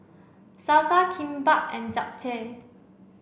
Salsa Kimbap and Japchae